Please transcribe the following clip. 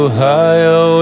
Ohio